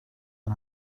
and